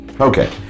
Okay